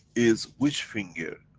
is which finger,